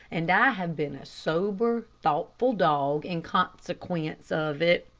and i have been a sober, thoughtful dog in consequence of it,